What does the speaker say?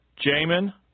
Jamin